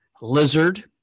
lizard